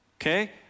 Okay